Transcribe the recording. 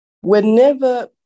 whenever